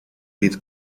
bydd